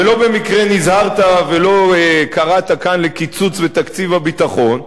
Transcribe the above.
ולא במקרה נזהרת ולא קראת כאן לקיצוץ בתקציב הביטחון,